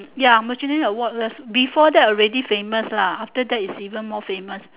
ya michelin awards before that already famous lah after that is even more famous